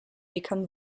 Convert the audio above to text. become